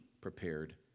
prepared